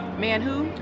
man who?